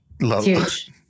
Huge